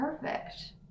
Perfect